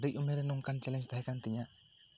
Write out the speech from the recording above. ᱠᱟᱹᱴᱤᱡ ᱩᱢᱮᱨ ᱨᱮ ᱱᱚᱝᱠᱟᱱ ᱪᱮᱞᱮᱱᱡᱽ ᱛᱟᱦᱮᱸ ᱠᱟᱱ ᱛᱤᱧᱟ